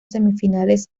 semifinales